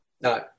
No